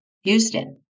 Houston